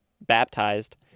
baptized